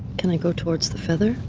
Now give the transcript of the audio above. can i go towards the feather?